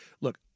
Look